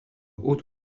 haute